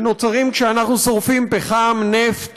שנוצרים כשאנחנו שורפים פחם, נפט